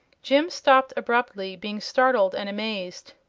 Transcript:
jim stopped abruptly, being startled and amazed.